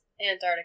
Antarctica